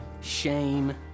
shame